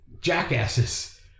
jackasses